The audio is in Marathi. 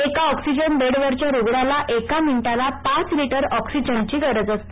एका ऑक्सिजन बेडवरच्या रुग्णाला एका मिनिटाला पाच लिटर ऑक्सिजनची गरज असते